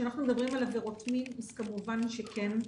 כשאנחנו מדברים על עבירות מין, אז כמובן שכן.